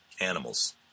animals